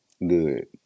Good